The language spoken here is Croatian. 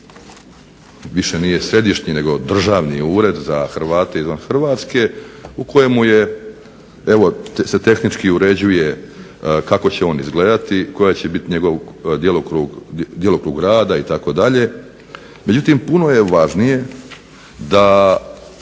više nije središnji nego Državni ured za Hrvate izvan Hrvatske, u kojemu je evo se tehnički uređuje kako će on izgledati, koji će biti njegov djelokrug rada itd. Međutim puno je važnije da